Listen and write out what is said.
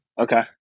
Okay